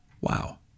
Wow